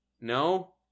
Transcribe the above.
No